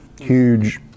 Huge